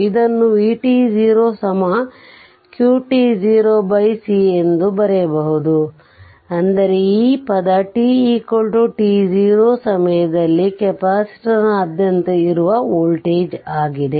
ಇದನ್ನು vt0 qt0c ಎಂದು ಬರೆಯಬಹುದು ಅಂದರೆ ಈ ಪದ t t0 ಸಮಯದಲ್ಲಿ ಕೆಪಾಸಿಟರ್ನಾದ್ಯಂತ ಇರುವ ವೋಲ್ಟೇಜ್ ಆಗಿದೆ